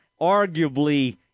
arguably